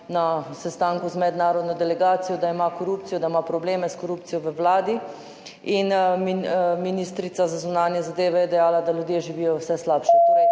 na sestanku z mednarodno delegacijo, da ima korupcijo, da ima probleme s korupcijo v Vladi. In ministrica za zunanje zadeve je dejala, da ljudje živijo vse slabše.